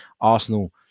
Arsenal